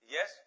Yes